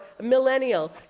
millennial